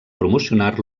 promocionar